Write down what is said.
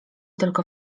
tylko